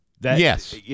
Yes